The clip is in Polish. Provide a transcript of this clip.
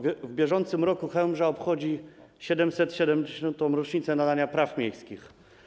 W bieżącym roku Chełmża obchodzi 770. rocznicę nadania praw miejskich.